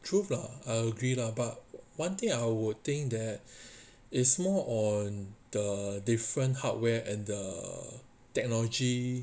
truth lah I agree lah but one thing I will think is more on the different hardware and the technology